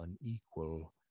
unequal